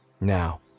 Now